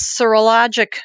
serologic